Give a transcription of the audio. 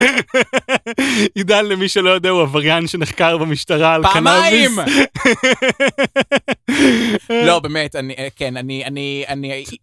עידן, למי שלא יודע, הוא עבריין שנחקר במשטרה על קנאביס, פעמיים.